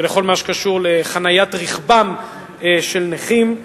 ולכל מה שקשור לחניית רכבם של נכים.